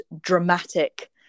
dramatic